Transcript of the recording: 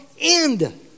end